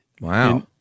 Wow